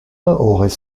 aurait